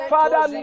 Father